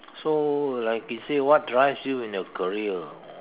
so like it says what drive you in your career